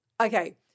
Okay